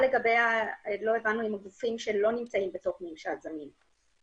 לא הבנו מה לגבי הגופים שלא נמצאים בתוך ממשל זמין,